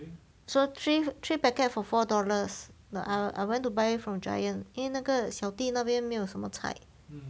so three three packet for four dollars the ah I want to buy from Giant 因为那个小弟那边没有什么菜